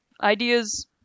ideas